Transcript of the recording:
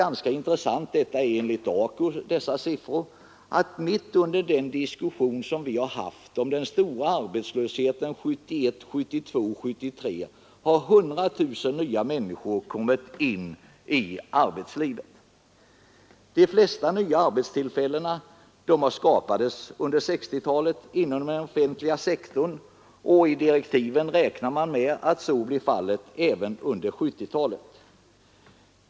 Jag tycker att det är ganska intressant att mitt under den diskussion som vi har haft om den stora arbetslösheten 1971, 1972 och 1973 har 100 000 nya människor kommit in i arbetslivet. De flesta nya arbetstillfällena har under 1960-talet skapats inom den offentliga sektorn, och i direktiven räknar man med att så blir fallet även under 1970-talet.